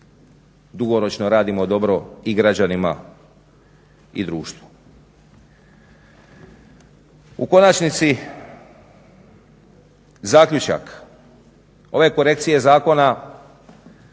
dugoročno radimo dobro i građanima i društvu. U konačnici zaključak, ove korekcije zakona